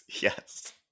yes